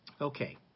Okay